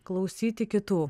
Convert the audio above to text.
klausyti kitų